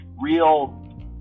real